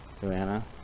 Joanna